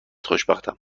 خوشبختم